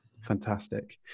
Fantastic